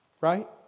right